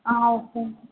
ఆ ఓకే అండి